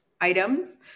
items